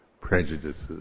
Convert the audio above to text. prejudices